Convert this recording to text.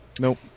nope